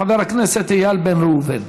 חבר הכנסת איל בן ראובן.